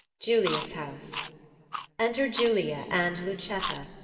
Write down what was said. julia's house enter julia and lucetta